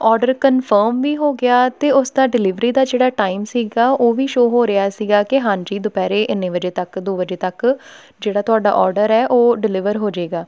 order confirm ਵੀ ਹੋ ਗਿਆ ਅਤੇ ਉਸ ਦਾ ਡਿਲੀਵਰੀ ਦਾ ਜਿਹੜਾ ਟਾਈਮ ਸੀਗਾ ਉਹ ਵੀ ਸ਼ੋਅ ਹੋ ਰਿਹਾ ਸੀਗਾ ਕਿ ਹਾਂਜੀ ਦੁਪਹਿਰੇ ਇੰਨੇ ਵਜੇ ਤੱਕ ਦੋ ਵਜੇ ਤੱਕ ਜਿਹੜਾ ਤੁਹਾਡਾ ਔਡਰ ਹੈ ਉਹ ਡਿਲੀਵਰ ਹੋ ਜੇਗਾ